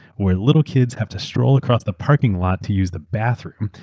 where little kids have to stroll across the parking lot to use the bathroom.